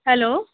hello